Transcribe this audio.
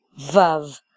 Vav